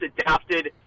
adapted